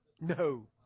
No